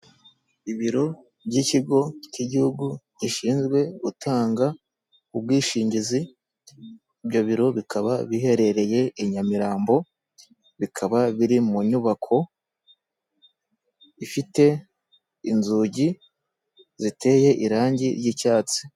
Ibiro by'ikigo cy'igihugu gishinzwe gutanga ubwishingizi. Ibyo biro bikaba biherereye i nyamirambo, bikaba biri mu nyubako ifite inzugi ziteye irange ry'icyatsi.